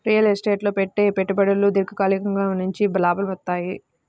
real estate లో పెట్టే పెట్టుబడులు దీర్ఘకాలికంగా మంచి లాభాలనిత్తయ్యి